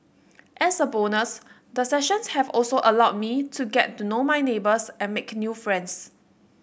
as a bonus the sessions have also allowed me to get to know my neighbours and make new friends